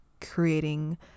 creating